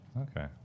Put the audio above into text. Okay